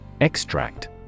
Extract